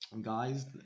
guys